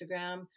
Instagram